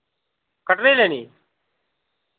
कटरे लेनी